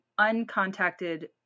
uncontacted